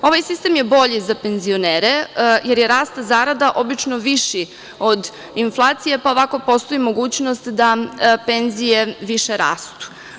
Ovaj sistem je bolji za penzionere, jer je rast zarada obično viši od inflacije, pa ovako postoji mogućnost da penzije više rastu.